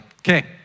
Okay